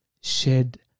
shed